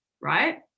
right